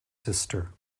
sister